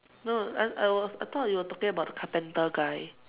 no I I was I thought you were talking about the carpenter guy